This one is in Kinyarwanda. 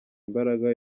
imbaraga